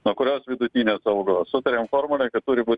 nuo kurios vidutinės algos sutarėm formulę kad turi būt